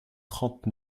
trente